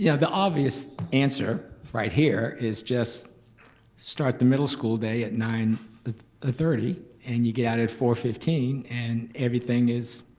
yeah the obvious answer right here is just start the middle school day at nine ah thirty and you get out at four fifteen and everything works.